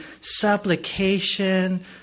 supplication